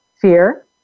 fear